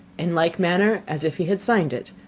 in like manner as if he had signed it,